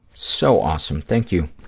so awesome. thank you.